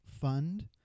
Fund